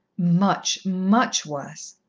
much, much worse.